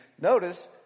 Notice